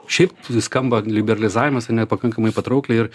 šiaip skamba liberalizavimas ar ne pakankamai patraukliai ir